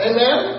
Amen